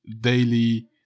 daily